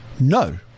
no